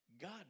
God